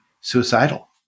suicidal